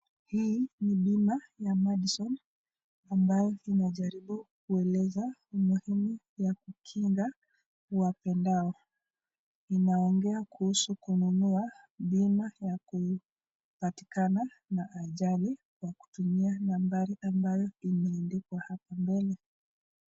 Hii ni bima ya Madison ambayo inajaribu kueleza umuhimu ya kukinga uwapendayo. Inaongea kuhusu kununua bima ya kupatakina na ajali kwa kutumia nambari ambayo imeandikwa hapa mbele.